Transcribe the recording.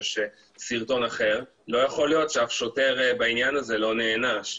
יש סרטון אחר לא יכול להיות שאף שוטר בעניין הזה לא נענש.